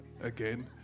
again